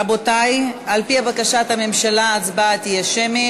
רבותי, על-פי בקשת הממשלה, ההצבעה תהיה שמית.